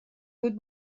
بود